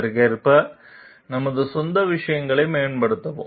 அதற்கேற்ப நமது சொந்த விஷயங்களை மேம்படுத்தவும்